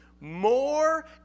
more